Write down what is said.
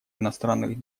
иностранных